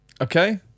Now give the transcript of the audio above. Okay